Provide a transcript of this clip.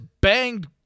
banged